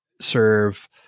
serve